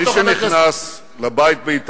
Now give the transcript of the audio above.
(חבר הכנסת עפו אגבאריה יוצא מאולם המליאה.) מי שנכנס לבית באיתמר